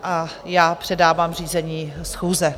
A já předávám řízení schůze.